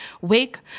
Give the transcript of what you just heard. wake